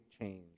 change